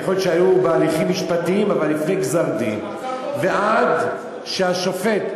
יכול להיות שהיו בהליכים משפטיים אבל לפני גזר-דין ועד שהשופט,